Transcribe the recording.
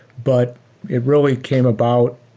but it really came about,